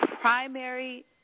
primary